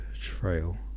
trail